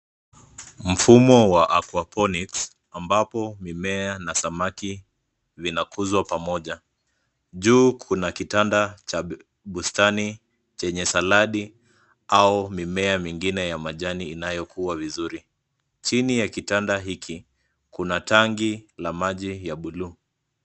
Mfumo wa aquaponics ambapo mimea na samaki vinakuzwa pamoja. Juu kuna kitanda cha bustani chenye saladi au mimea mingine ya majani inayokua vizuri. Chini ya kitanda hiki kuna tangi la maji ya blue .